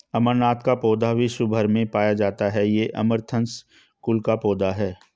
अमरनाथ का पौधा विश्व् भर में पाया जाता है ये अमरंथस कुल का पौधा है